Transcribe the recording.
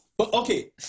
Okay